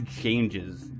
changes